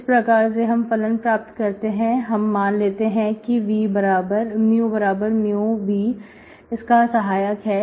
इस प्रकार से हम फलन प्राप्त करते हैं हम लेते हैं कि μμ इसका सहायक है